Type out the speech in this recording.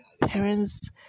parents